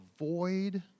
avoid